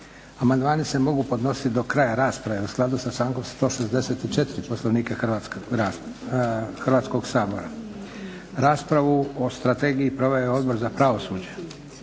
Amandmani se mogu podnositi do kraja rasprave u skladu sa člankom 164. Poslovnika Hrvatskog sabora. Raspravu o strategiji proveo je Odbor za pravosuđe.